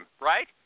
right